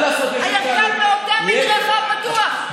הירקן באותה מדרכה פתוח.